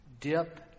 dip